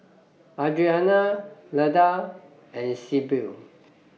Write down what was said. Adriana Leda and Sibyl